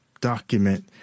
document